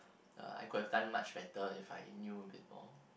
uh I could have done much better if I knew a bit more